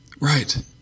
Right